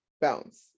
bounce